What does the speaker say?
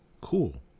Cool